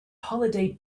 holiday